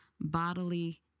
bodily